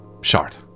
short